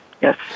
yes